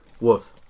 Woof